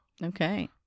Okay